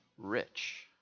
rich